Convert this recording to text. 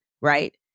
right